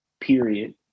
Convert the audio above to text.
period